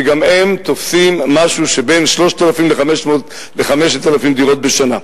שגם הם תופסים משהו שבין 3,000 ל-5,000 דירות בשנה.